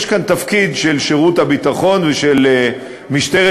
יש כאן תפקיד של שירות הביטחון ושל משטרת